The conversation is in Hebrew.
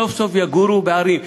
סוף-סוף יגורו בערים.